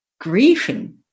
grieving